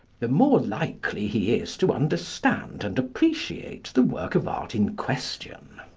the more likely he is to understand and appreciate the work of art in question.